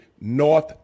North